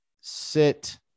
sit